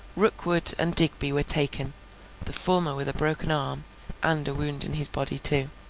rookwood and digby were taken the former with a broken arm and a wound in his body too.